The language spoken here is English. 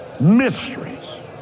mysteries